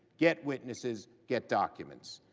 get witnesses. get documents.